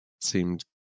seemed